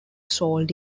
sold